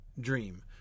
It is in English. dream